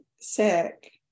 sick